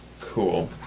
Cool